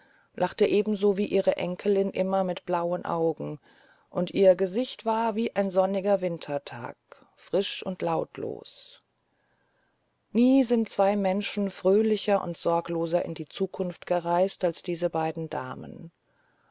lachte ebenso wie ihre enkelin immer mit blauen augen und ihr gesicht war wie ein sonniger wintertag frisch und lautlos nie sind zwei menschen fröhlicher und sorgloser in die zukunft gereist als diese beiden damen